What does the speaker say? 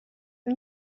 and